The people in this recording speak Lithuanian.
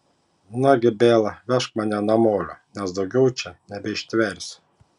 nagi bela vežk mane namolio nes daugiau čia nebeištveriu